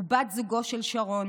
ובת זוגו של שרון,